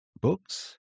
books